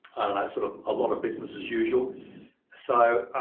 sort of a lot of business as usual so